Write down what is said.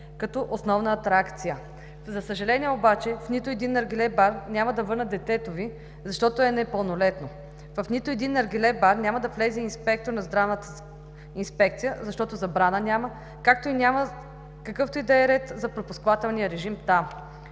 като основна атракция. За съжаление обаче в нито един наргиле бар няма да върнат детето Ви, защото е непълнолетно. В нито един наргиле бар няма да влезе инспектор на Здравната инспекция, защото забрана няма, както и няма какъвто и да е ред за пропускателния режим там.